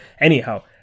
Anyhow